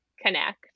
connect